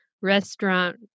restaurant